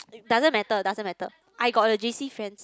doesn't matter doesn't matter I got a J_C friends